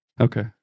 Okay